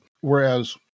Whereas